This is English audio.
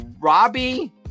Robbie